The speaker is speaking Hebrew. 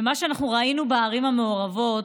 ומה שאנחנו ראינו בערים המעורבות,